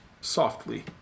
softly